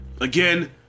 again